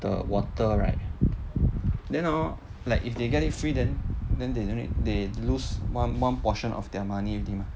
the water right then hor like if they get it free then then they need they lose one one portion of their money already mah